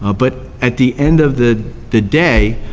ah but at the end of the the day,